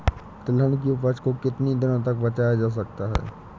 तिलहन की उपज को कितनी दिनों तक बचाया जा सकता है?